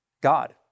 God